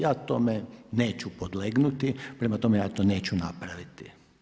Ja tome neću podlegnuti, prema tome ja to neću napraviti.